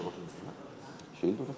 ההצעה להעביר את הנושא לוועדת החינוך,